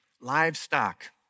livestock